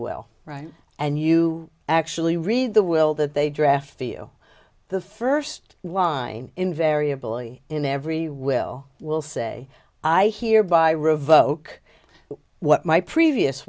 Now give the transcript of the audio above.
well right and you actually read the will that they draft feel the first line invariably in every will will say i hear by revoke what my previous